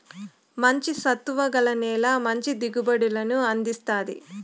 మంచి సత్తువ గల నేల మంచి దిగుబడులను అందిస్తాది